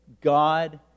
God